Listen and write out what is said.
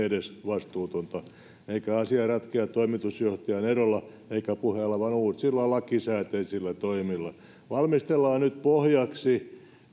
edesvastuutonta eikä asia ratkea toimitusjohtajan erolla eikä puheella vaan uusilla lakisääteisillä toimilla valmistellaan nyt pohjaksi